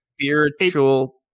spiritual